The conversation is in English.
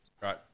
Right